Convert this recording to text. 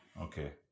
Okay